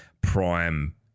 prime